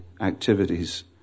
activities